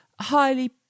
highly